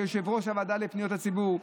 כיושב-ראש הוועדה לפניות הציבור.